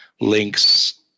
links